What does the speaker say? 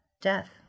Death